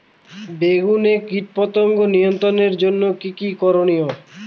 বেগুনে কীটপতঙ্গ নিয়ন্ত্রণের জন্য কি কী করনীয়?